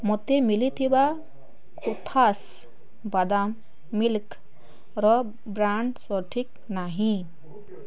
ମୋତେ ମିଲିଥିବା କୋଥାସ ବାଦାମ ମିଲ୍କ୍ର ବ୍ରାଣ୍ଡ୍ ସଠିକ୍ ନାହିଁ